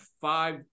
five